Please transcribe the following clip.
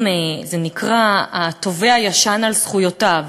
אם זה נקרא שהתובע "ישן על זכויותיו",